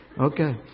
Okay